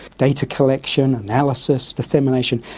data collection, analysis, dissemination.